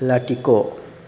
लाथिख'